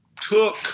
took